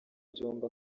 byombi